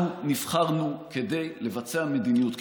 אנחנו נבחרנו כדי לבצע מדיניות,